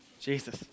Jesus